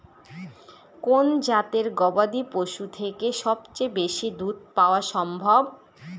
কোন জাতের গবাদী পশু থেকে সবচেয়ে বেশি দুধ পাওয়া সম্ভব?